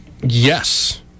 Yes